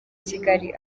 kigali